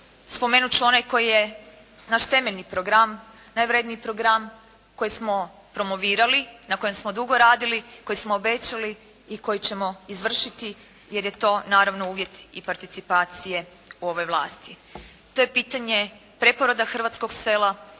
spomenut ću onaj koji je naš temeljni program, najvrjedniji program koji smo promovirali, na kojem smo dugo radili, koji smo obećali i koji ćemo izvršiti jer je to naravno uvjet i participacije ove vlasti. To je pitanje preporoda hrvatskog sela i opstanka